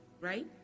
right